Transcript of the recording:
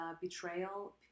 betrayal